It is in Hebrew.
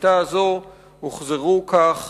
בשיטה הזאת הוחזרו כך